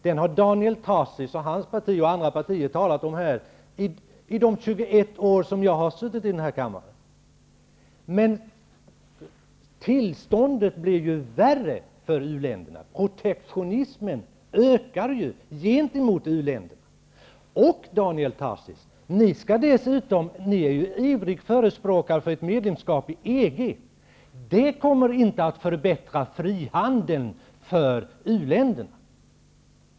Den har Daniel Tarschys och hans parti och andra partier talat om i de 21 år som jag har suttit i den här kammaren. Tillståndet för uländerna blir ju värre. Protektionismen gentemot u-länderna ökar. Dessutom, Daniel Tarschys, är ni ju ivriga förespråkare för ett medlemskap i EG. Det kommer inte att förbättra frihandeln för uländerna.